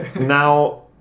Now